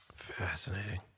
Fascinating